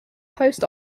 post